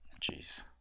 Jeez